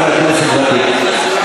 חבר כנסת ותיק.